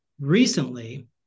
recently